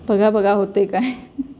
बघा बघा होते काय